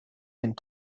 and